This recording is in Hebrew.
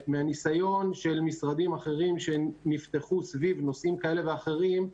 מהניסיון של משרדים אחרים שנפתחו סביב נושאים כאלה ואחרים,